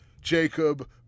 Jacob